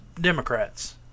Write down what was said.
Democrats